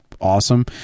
awesome